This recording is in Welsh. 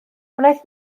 wnaeth